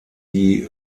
die